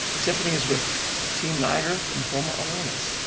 tiffany is with team niagara lymphoma awareness.